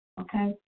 okay